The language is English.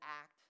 act